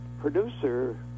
producer